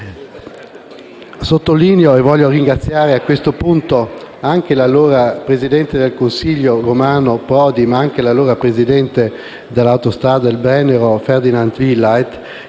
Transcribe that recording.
europeo. Voglio ringraziare a questo punto anche l'allora presidente del Consiglio Romano Prodi, ma anche l'allora presidente dell'Autostrada del Brennero Ferdinand Willeit,